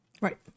Right